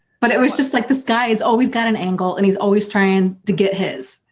but it was just like this guy, he's always got an angle and he's always trying to get his.